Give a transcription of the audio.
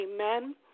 Amen